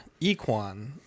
Equan